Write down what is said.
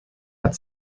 hat